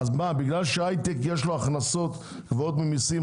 בגלל שלהיי-טק יש הכנסות גבוהות במיסים,